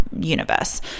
universe